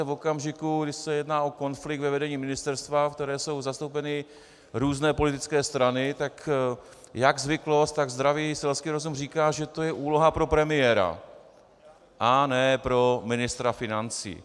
V okamžiku, kdy se jedná o konflikt ve vedení ministerstva, v kterém jsou zastoupeny různé politické strany, tak jak zvyklost, tak zdravý selsky rozum říká, že to je úloha pro premiéra a ne pro ministra financí.